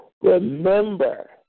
Remember